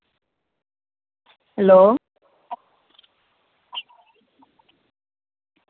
hello